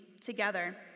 together